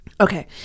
Okay